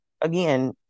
again